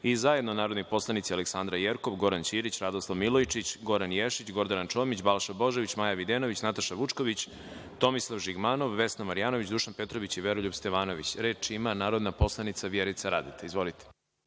i zajedno narodni poslanici Aleksandra Jerkov, Goran Ćirić, Radoslav Milojičić, Goran Ješić, Gordana Čomić, Balša Božović, Maja Videnović, Nataša Vučković, Tomislav Žigmanov, Vesna Marjanović, Dušan Petrović i Veroljub Stevanović.(Nataša Sp. Jovanović, s mesta: